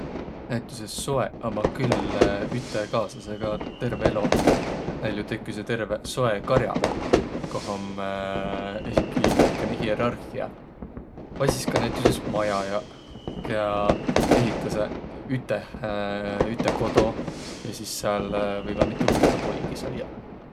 Näütüses soeq ommaq külh üte kaaslasõga terve elo. Näil jo teküseq terveq soekar'aq, koh om esiki väikene hierahria. Vai sis ka näütüses majajaq, kiä ehitäseq üteh ütte kodo ja sis sääl võivaq mitu kõrda poigi saiaq.